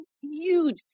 huge